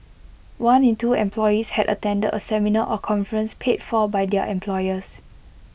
one in two employees had attended A seminar or conference paid for by their employers